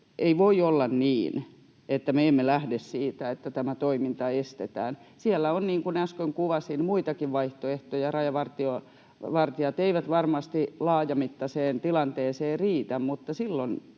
ei voi olla niin, että me emme lähde siitä, että tämä toiminta estetään. Siellä on, niin kuin äsken kuvasin, muitakin vaihtoehtoja. Rajavartijat eivät varmasti laajamittaiseen tilanteeseen riitä, mutta silloin